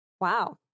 Wow